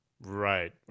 Right